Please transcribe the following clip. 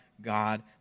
God